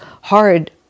hard